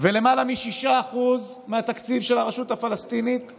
ולמעלה מ-6% מהתקציב של הרשות הפלסטינית הועבר,